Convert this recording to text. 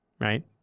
Right